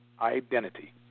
identity